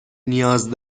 نیاز